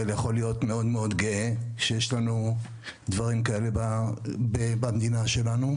יכול להיות מאוד מאוד גאה שיש לנו דברים כאלה במדינה שלנו.